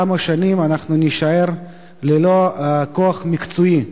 ובתוך כמה שנים אנחנו נישאר ללא כוח מקצועי,